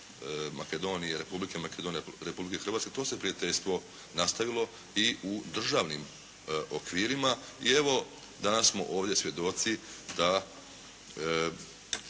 Makedonije, Republike Makedonije, Republike Hrvatske to se prijateljstvo nastavilo i u državnim okvirima i evo danas smo ovdje svjedoci da